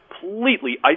completely